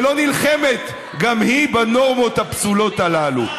שלא נלחמת גם היא בנורמות הפסולות הללו?